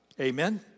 Amen